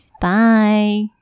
Bye